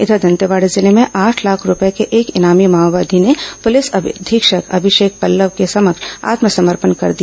इघर दंतेवाड़ा जिले में आठ लाख रूपये के एक इनामी माओवादी ने पुलिस अधीक्षक अभिषेक पल्लव के समक्ष आत्मसमर्पण कर दिया